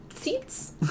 seats